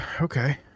okay